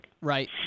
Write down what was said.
Right